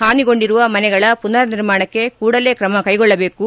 ಪಾನಿಗೊಂಡಿರುವ ಮನೆಗಳ ಪುನರ್ ನಿರ್ಮಾಣಕ್ಕೆ ಕೂಡಲೇ ತ್ರಮ ಕೈಗೊಳ್ಳಬೇಕು